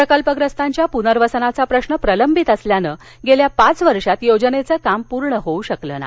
प्रकल्पग्रस्तांच्या पुनर्वसनाचा प्रश्न प्रलंबित असल्यानं गेल्या पाच वर्षात योजनेचं काम पूर्ण होऊ शकलं नाही